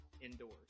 indoors